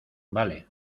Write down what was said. vale